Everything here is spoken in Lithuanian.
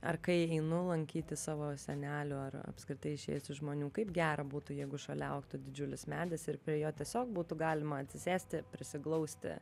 ar kai einu lankyti savo senelių ar apskritai išėjusių žmonių kaip gera būtų jeigu šalia augtų didžiulis medis ir prie jo tiesiog būtų galima atsisėsti prisiglausti